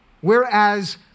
whereas